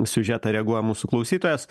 siužetą reaguoja mūsų klausytojas